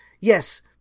Yes